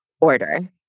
order